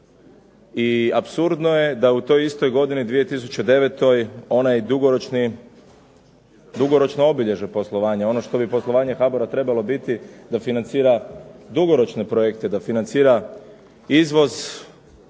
I apsurdno je da u toj istoj godini 2009. onaj dugoročno, dugoročno obilježje poslovanja, ono što bi poslovanje HABOR-a trebalo biti da financira dugoročne projekte, da financira izvoz,